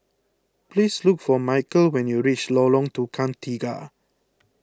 please look for Michael when you reach Lorong Tukang Tiga